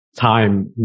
time